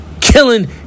killing